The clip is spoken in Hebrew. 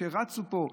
שרצו פה,